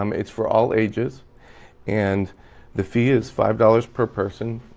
um it's for all ages and the fee is five dollars per person,